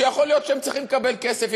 ויכול להיות שהם צריכים לקבל כסף.